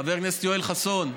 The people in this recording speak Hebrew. חבר הכנסת יואל חסון,